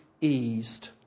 eased